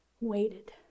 waited